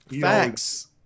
Facts